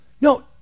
no